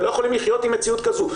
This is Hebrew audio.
אתם לא יכולים לחיות עם מציאות כזו,